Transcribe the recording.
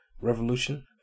revolution